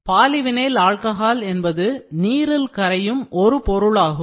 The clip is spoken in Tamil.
பாலிவினைல் ஆல்கஹால் என்பது நீரில் கரையும் ஒரு பொருளாகும்